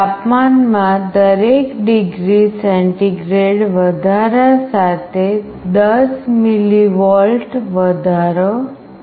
તાપમાન માં દરેક ડિગ્રી સેન્ટીગ્રેડ વધારા સાથે 10 mV વધારો છે